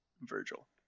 Virgil